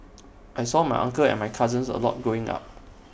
I saw my uncle and my cousins A lot growing up